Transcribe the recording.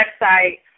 website